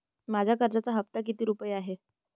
माझ्या कर्जाचा हफ्ता किती रुपये आहे?